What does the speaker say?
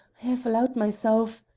have allowed myself